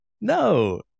no